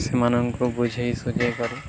ସେମାନଙ୍କୁ ବୁଝାଇ ସୁଜେଇ କରି